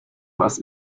was